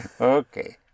Okay